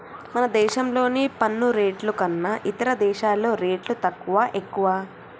మన దేశంలోని పన్ను రేట్లు కన్నా ఇతర దేశాల్లో రేట్లు తక్కువా, ఎక్కువా